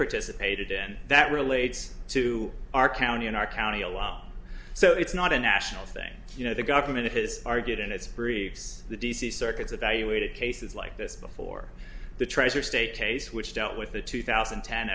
participated in that relates to our county in our county alone so it's not a national thing you know the government has argued in its briefs the d c circuits of valuated cases like this before the treasurer state case which dealt with the two thousand and ten